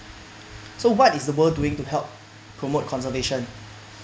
so what is the world doing to help promote conservation